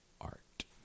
art